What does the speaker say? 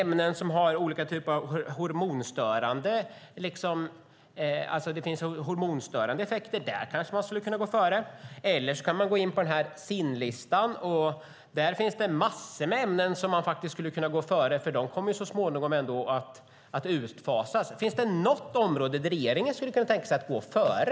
Man kanske skulle kunna gå före när det gäller ämnen som har olika typer av hormonstörande effekter, eller så kan man gå in på SIN-listan. Där finns det massor av ämnen som man skulle kunna gå före med, för de kommer ändå att utfasas så småningom. Finns det något område där regeringen skulle kunna tänka sig att gå före?